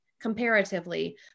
comparatively